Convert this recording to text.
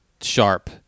sharp